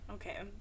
Okay